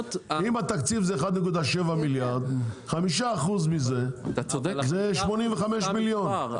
אם התקציב זה 1.7 מיליארד, 5% מזה זה 85 מיליון.